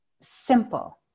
simple